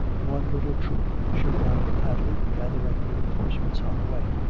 one little troop should ride to padley, gathering reinforcements on the way,